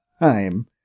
time